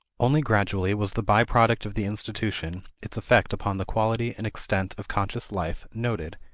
only gradually was the by-product of the institution, its effect upon the quality and extent of conscious life, noted,